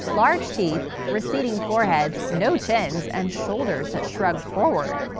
large teeth, receding foreheads, no chins, and shoulders that shrugged forward.